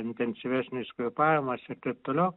intensyvesnis kvėpavimas ir taip toliau